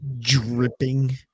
Dripping